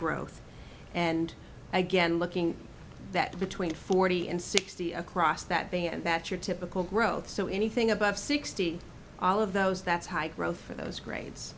growth and again looking that between forty and sixty across that bay and that your typical growth so anything above sixty all of those that's high growth for those grades